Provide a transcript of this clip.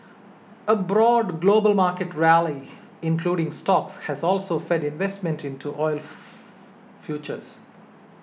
a broad global market rally including stocks has also fed investment into oil futures